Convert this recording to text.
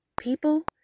People